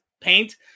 Paint